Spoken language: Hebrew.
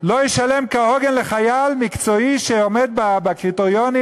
לא תשלם כהוגן לחייל מקצועי שעומד בקריטריונים,